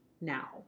now